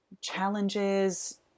challenges